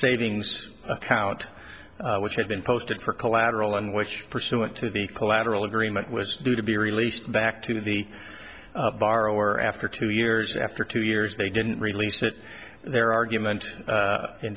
savings account which had been posted for collateral on which pursuant to the collateral agreement was due to be released back to the borrower after two years after two years they didn't release it their argument